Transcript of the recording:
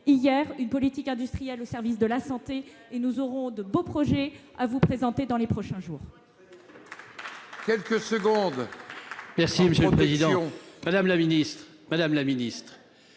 menons une politique industrielle au service de la santé. Nous aurons de beaux projets à vous présenter dans les prochains jours.